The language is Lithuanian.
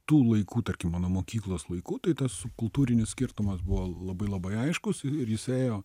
tų laikų tarkim mano mokyklos laikų tai tas kultūrinis skirtumas buvo labai labai aiškus ir ji jis ėjo